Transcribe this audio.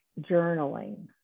journaling